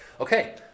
Okay